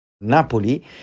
Napoli